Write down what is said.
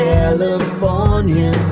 California